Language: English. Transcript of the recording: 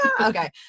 okay